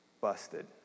busted